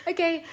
Okay